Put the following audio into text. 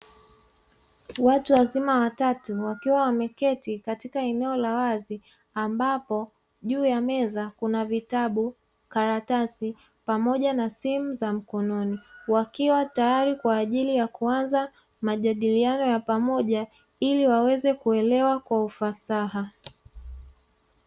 Watu wazima watatu, wakiwa wameketi katika eneo la wazi, ambapo juu ya meza kuna vitabu, karatasi pamoja na simu za mkononi, wakiwa tayari kwa ajili ya kuanza majadialiano ya pamoja ili waweze kuelewa kwa ufasaha.